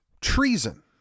treason